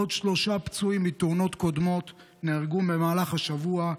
עוד שלושה פצועים מתאונות קודמות מתו במהלך השבוע.